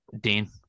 Dean